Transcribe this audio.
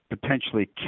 potentially